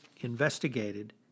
investigated